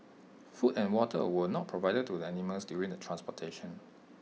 food and water were not provided to the animals during the transportation